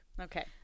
Okay